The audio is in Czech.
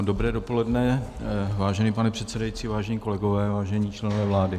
Dobré dopoledne vážený pane předsedající, vážení kolegové, vážení členové vlády.